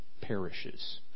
perishes